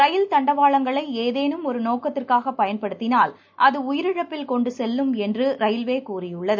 ரயில் தண்டவாளங்களை ஏதேனும் ஒரு நோக்கத்திற்காக பயன்படுத்தினால் அது உயிரிழப்பில் கொண்டு செல்லும் என்று ரயில்வே கூறியுள்ளது